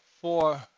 four